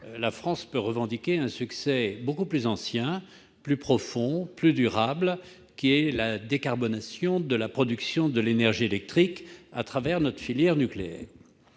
la France peut revendiquer un succès beaucoup plus ancien, plus profond, plus durable : la décarbonation de la production de l'énergie électrique à travers sa filière nucléaire.